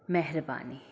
महिरबानी